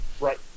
Right